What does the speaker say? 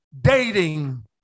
dating